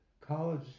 college